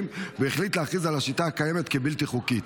והחליט להכריז על השיטה הקיימת כבלתי חוקית.